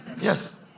Yes